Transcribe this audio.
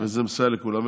וזה מסייע לכולם.